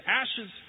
ashes